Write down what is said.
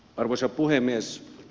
arvoisa puhemies